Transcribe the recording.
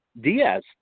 Diaz